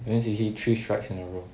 means you hit three strikes in a row